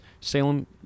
Salem